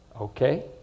Okay